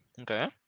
Okay